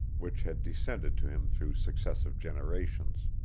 which had descended to him through successive generations.